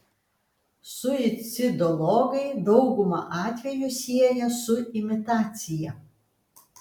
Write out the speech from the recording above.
suicidologai daugumą atvejų sieja su imitacija